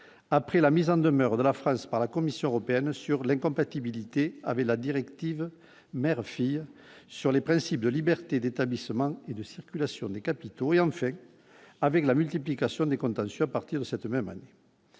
après la mise en demeure de la France par la Commission européenne sur l'incompatibilité avec la directive mères- filles sur les principes de liberté d'établissements et de circulation des capitaux et ne fait qu'avec la multiplication des contentieux à partir de cette même année,